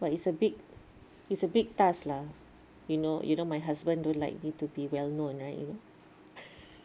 but it's a big it's a big task lah you know you know my husband don't like me to be well-known right you know